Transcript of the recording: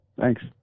thanks